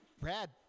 Brad